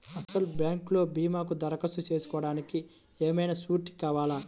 అసలు బ్యాంక్లో భీమాకు దరఖాస్తు చేసుకోవడానికి ఏమయినా సూరీటీ కావాలా?